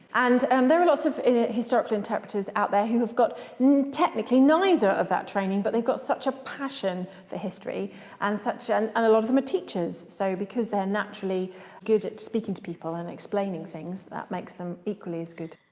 and um there are lots of historical interpreters out there who have got technically neither of that training but they've got such a passion for history and and and a lot of them are teachers, so because they're naturally good at speaking to people and explaining things that makes them equally as good.